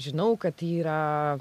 žinau kad yra